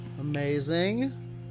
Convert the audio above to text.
Amazing